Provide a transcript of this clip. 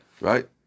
right